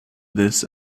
this